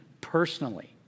personally